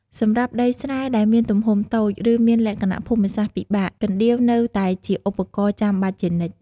សម្រាប់ដីស្រែដែលមានទំហំតូច ឬមានលក្ខណៈភូមិសាស្ត្រពិបាក កណ្ដៀវនៅតែជាឧបករណ៍ចាំបាច់ជានិច្ច។